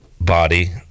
body